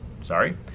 Sorry